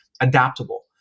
adaptable